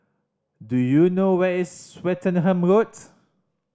do you know where is Swettenham Roads